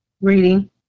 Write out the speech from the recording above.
Reading